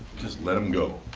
just let them go.